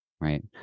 right